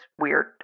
weird